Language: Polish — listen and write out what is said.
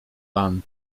pan